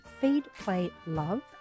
feedplaylove